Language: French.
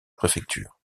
préfecture